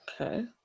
Okay